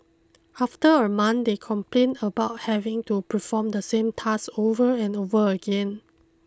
after a month they complained about having to perform the same task over and over again